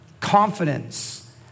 confidence